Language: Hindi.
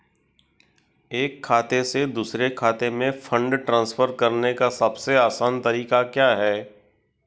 एक खाते से दूसरे खाते में फंड ट्रांसफर करने का सबसे आसान तरीका क्या है?